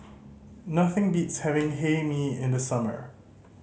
nothing beats having Hae Mee in the summer